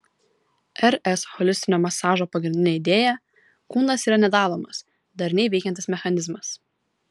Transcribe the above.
rs holistinio masažo pagrindinė idėja kūnas yra nedalomas darniai veikiantis mechanizmas